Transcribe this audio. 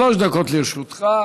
שלוש דקות לרשותך,